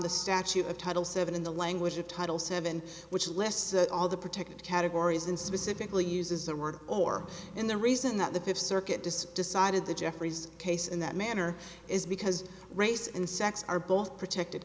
the statute of title seven in the language of title seven which lists all the protected categories and specifically uses the word or in the reason that the fifth circuit just decided the jeffries case in that manner is because race and sex are both protected